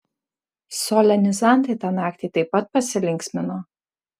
solenizantai tą naktį taip pat pasilinksmino